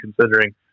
considering